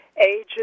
age